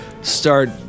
start